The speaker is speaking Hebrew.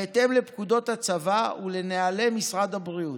בהתאם לפקודות הצבא ולנוהלי משרד הבריאות.